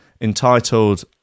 entitled